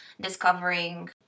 discovering